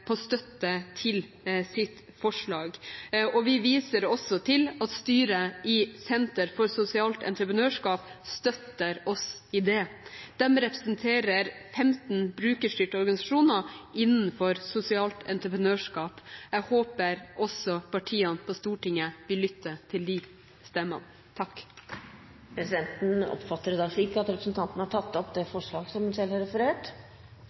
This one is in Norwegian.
på støtte til vårt forslag, og vi viser også til at styret i Senter for Sosialt Entreprenørskap støtter oss i det. De representerer 15 brukerstyrte organisasjoner innenfor sosialt entreprenørskap. Jeg håper også partiene på Stortinget vil lytte til de stemmene. Presidenten oppfatter det slik at representanten Kirsti Bergstø har tatt opp det forslaget hun